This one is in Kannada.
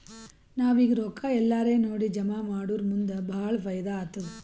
ನಾವ್ ಈಗ್ ರೊಕ್ಕಾ ಎಲ್ಲಾರೇ ನೋಡಿ ಜಮಾ ಮಾಡುರ್ ಮುಂದ್ ಭಾಳ ಫೈದಾ ಆತ್ತುದ್